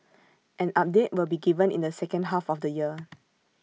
an update will be given in the second half of the year